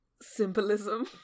symbolism